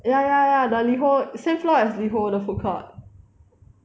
ya ya ya the LiHo same floor as LiHo food court